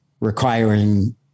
requiring